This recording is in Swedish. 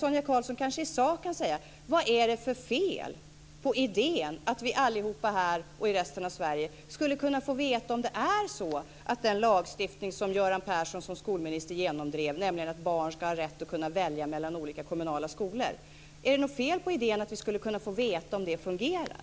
Sonia Karlsson kanske i sak kan förklara vad det är för fel på idén att vi alla i Sverige skulle kunna få veta om den lagstiftning som Göran Persson som skolminister genomdrev fungerar, dvs. att barn ska ha rätt att välja mellan olika kommunala skolor.